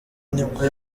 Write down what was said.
nibwo